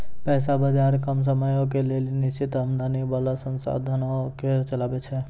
पैसा बजार कम समयो के लेली निश्चित आमदनी बाला साधनो के चलाबै छै